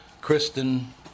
Kristen